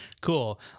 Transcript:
cool